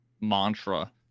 mantra